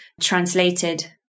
translated